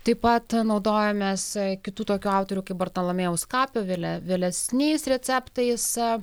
taip pat naudojomės kitų tokių autorių kaip bartalomėjaus kapio vėle vėlesniais receptais